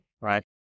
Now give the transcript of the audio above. right